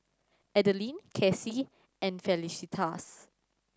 Adaline Kasey and Felicitas